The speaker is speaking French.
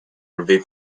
enlever